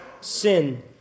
sin